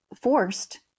forced